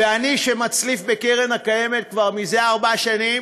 ואני, שמצליף בקרן הקיימת כבר ארבע שנים,